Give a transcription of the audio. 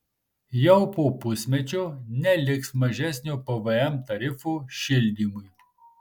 jau po pusmečio neliks mažesnio pvm tarifo šildymui